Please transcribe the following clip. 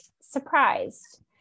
surprised